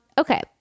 okay